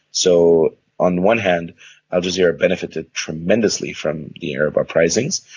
so on one hand al jazeera benefited tremendously from the arab uprisings.